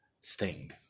Sting